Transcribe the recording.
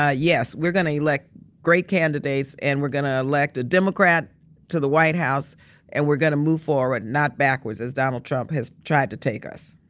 ah yes, we're going to elect great candidates and we're going to elect a democrat to the white house and we're going to move forward not backwards as donald trump has tried to take us.